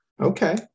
Okay